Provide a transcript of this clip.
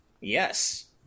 yes